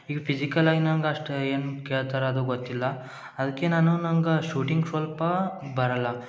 ಈಗ ಪಿಝಿಕಲ್ಲಾಗಿ ನಂಗೆ ಅಷ್ಟು ಏನು ಕೇಳ್ತಾರೆ ಅದು ಗೊತ್ತಿಲ್ಲ ಅದಕ್ಕೆ ನಾನು ನಂಗೆ ಶೂಟಿಂಗ್ ಸ್ವಲ್ಪ ಬರಲ್ಲ